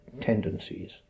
tendencies